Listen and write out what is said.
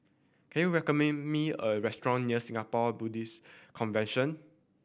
can you recommend me a restaurant near Singapore Baptist Convention